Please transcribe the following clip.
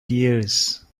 tears